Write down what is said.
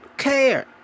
care